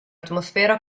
atmosfera